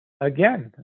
Again